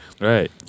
Right